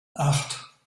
acht